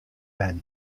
bern